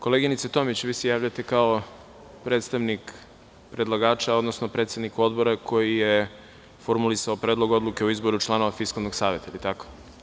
Koleginice Tomić vi se javljate kao predstavnik predlagača, odnosno predsednik Odbora koji je formulisao Predlog oduke o izboru članova Fiskalnog saveta, je li tako?